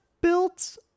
built